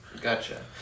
Gotcha